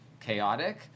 chaotic